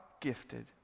gifted